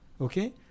Okay